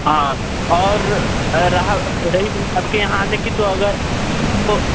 हाँ और रहा रही बात आपके यहाँ आने की तो अगर